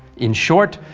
in short,